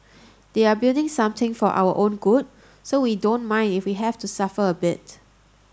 they're building something for our own good so we don't mind if we have to suffer a bit